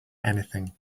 anything